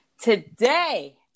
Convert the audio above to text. Today